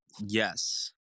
yes